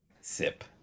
sip